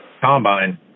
combine